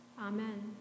Amen